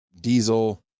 diesel